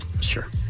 Sure